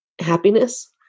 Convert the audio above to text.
happiness